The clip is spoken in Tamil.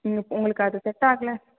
ம் உங்களுக்கு அது செட் ஆகலை